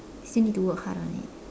still need to work hard on it